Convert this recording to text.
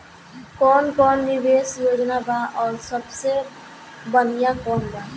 कवन कवन निवेस योजना बा और सबसे बनिहा कवन बा?